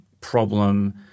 problem